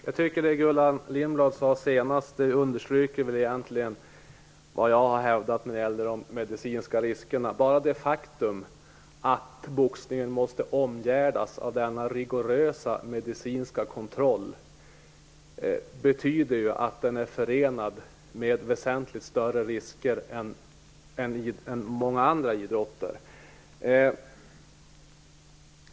Fru talman! Det som Gullan Lindblad sade senast understryker egentligen vad jag har hävdat när det gäller de medicinska riskerna. Bara det faktum att boxningen måste omgärdas av denna rigorösa medicinska kontroll betyder ju att den är förenad med väsentligt större risker än många andra idrotter.